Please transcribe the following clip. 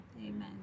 amen